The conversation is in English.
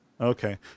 Okay